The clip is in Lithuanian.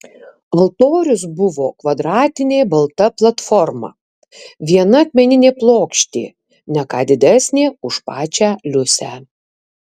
altorius buvo kvadratinė balta platforma viena akmeninė plokštė ne ką didesnė už pačią liusę